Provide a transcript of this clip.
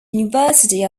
university